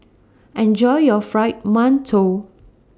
Enjoy your Fried mantou